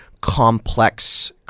complex